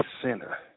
sinner